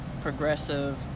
progressive